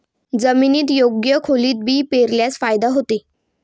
जमिनीत योग्य खोलीत बी पेरल्यास फायदा होतो